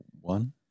One